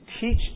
teach